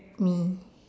me